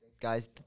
Guys